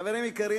חברים יקרים,